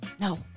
no